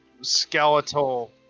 skeletal